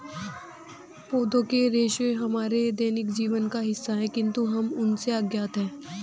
पौधों के रेशे हमारे दैनिक जीवन का हिस्सा है, किंतु हम उनसे अज्ञात हैं